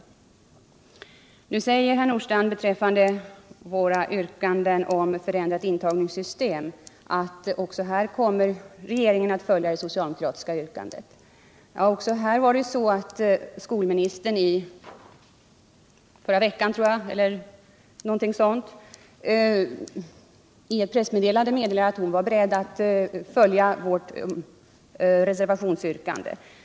Nu säger herr Nordstrandh beträffande våra yrkanden om ett förändrat intagningssystem att regeringen också i det avseendet kommer att följa det socialdemokratiska yrkandet. Ja, också i den frågan har skolministern nyligen — jag tror det var i förra veckan — i ett pressmeddelande framhållit att hon var beredd att följa vårt reservationsyrkande.